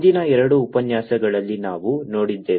ಹಿಂದಿನ ಎರಡು ಉಪನ್ಯಾಸಗಳಲ್ಲಿ ನಾವು ನೋಡಿದ್ದೇವೆ